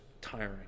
tiring